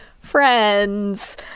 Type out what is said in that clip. friends